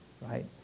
right